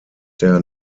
der